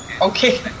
Okay